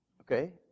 Okay